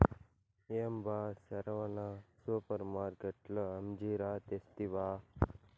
ఏం బా సెరవన సూపర్మార్కట్లో అంజీరా తెస్తివా